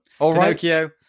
Pinocchio